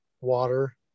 water